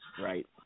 right